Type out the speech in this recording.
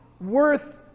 worth